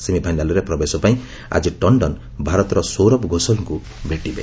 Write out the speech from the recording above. ସେମିଫାଇନାଲ୍ରେ ପ୍ରବେଶ ପାଇଁ ଆଜି ଟଣ୍ଡନ୍ ଭାରତର ସୌରଭ ଘୋଷଲ୍ଙ୍କୁ ଭେଟିବେ